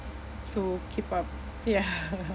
to keep up ya